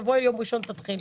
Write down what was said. תבואי יום ראשון ותתחילי.